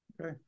Okay